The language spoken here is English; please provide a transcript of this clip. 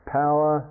power